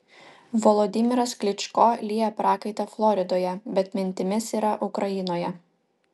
volodymyras klyčko lieja prakaitą floridoje bet mintimis yra ukrainoje